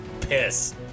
piss